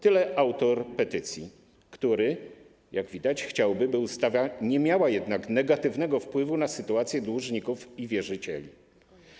Tyle autor petycji, który jak widać, chciałby, by ustawa nie miała jednak negatywnego wpływu na sytuację dłużników i wierzycieli.